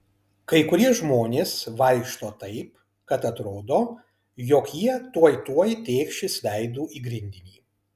kai kurie žmonės vaikšto taip kad atrodo jog jie tuoj tuoj tėkšis veidu į grindinį